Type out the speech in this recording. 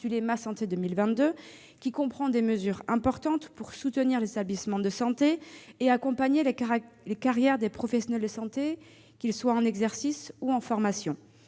qui comprend des mesures importantes pour soutenir les établissements de santé et accompagner les carrières des professionnels de santé, qu'ils soient en exercice ou en formation.